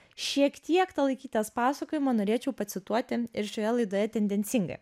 šiek tiek talaikytės pasakojimą norėčiau pacituoti ir šioje laidoje tendencingai